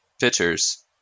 pitchers